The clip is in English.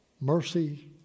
Mercy